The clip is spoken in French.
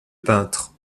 peintre